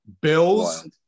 Bills